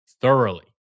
thoroughly